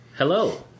Hello